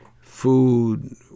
food